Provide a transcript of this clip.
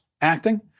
acting